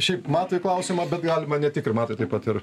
šiaip matui klausimą bet galima ne tik ir matui taip pat ir